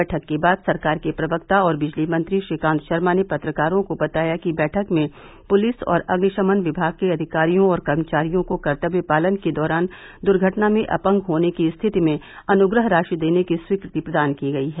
बैठक के बाद सरकार के प्रवक्ता और बिजली मंत्री श्रीकांत शर्मा ने पत्रकारों को बताया कि बैठक में पुलिस और अग्निशमन विमाग के अधिकारियों और कर्मचारियों को कर्तव्य पालन के दौरान दुर्घटना में अपंग होने की स्थिति में अनुग्रह राशि देने की स्वीकृति प्रदान की गई है